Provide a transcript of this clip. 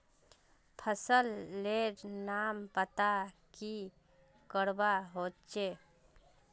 फसल लेर नाम बता की करवा होचे?